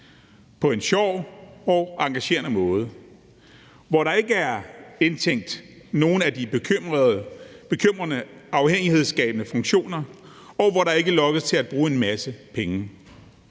på en sjov og engagerede måde, hvor der ikke er indtænkt nogen af de bekymrende afhængighedsskabende funktioner, og hvor der ikke lokkes til at bruge en masse penge.